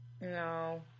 No